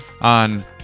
on